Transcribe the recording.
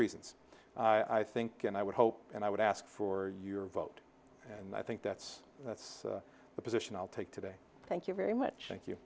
reasons i think and i would hope and i would ask for your vote and i think that's that's the position i'll take today thank you very much